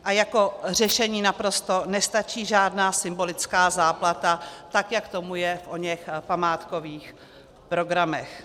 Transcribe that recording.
A jako řešení naprosto nestačí žádná symbolická záplata, jak tomu je v oněch památkových programech.